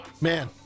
Man